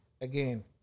again